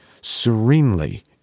serenely